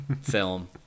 film